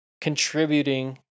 Contributing